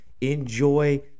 enjoy